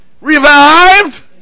Revived